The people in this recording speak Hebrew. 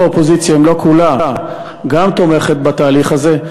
האופוזיציה אם לא כולה גם תומכת בתהליך הזה,